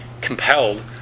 compelled